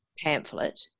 pamphlet